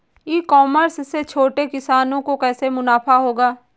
ई commerce से छोटे किसानों को कैसे मुनाफा होगा?